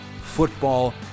football